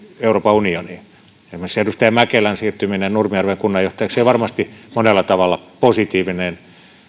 euroopan unioniin esimerkiksi edustaja mäkelän siirtyminen nurmijärven kunnanjohtajaksi on varmasti monella tavalla positiivinen